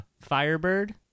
Firebird